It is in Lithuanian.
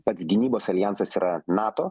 pats gynybos aljansas yra nato